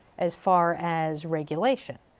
as far as regulation.